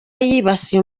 yibasiye